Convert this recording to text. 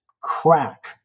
crack